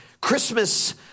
Christmas